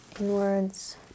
inwards